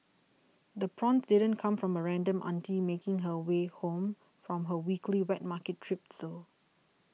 the prawns didn't come from a random auntie making her way home from her weekly wet market trip though